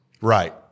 Right